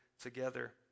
together